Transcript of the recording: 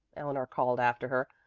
eleanor called after her.